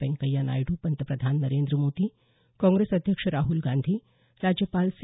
व्यंकय्या नायडू पंतप्रधान नरेंद्र मोदी काँग्रेस अध्यक्ष राहुल गांधी राज्यपाल सी